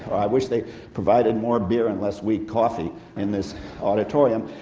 i wish they provided more beer and less weak coffee in this auditorium,